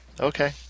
okay